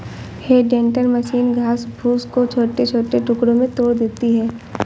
हे tender machine घास फूस को छोटे छोटे टुकड़ों में तोड़ देती है